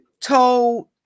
told